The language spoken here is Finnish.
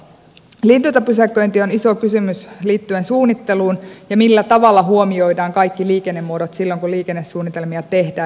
liityntäpysäköinti on iso kysymys liittyen suunnitteluun ja siihen millä tavalla huomioidaan kaikki liikennemuodot silloin kun liikennesuunnitelmia tehdään